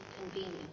convenient